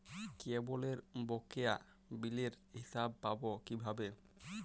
কেবলের বকেয়া বিলের হিসাব পাব কিভাবে?